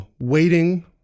waiting